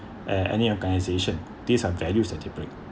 at any organisation these are values that they bring